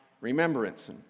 remembrance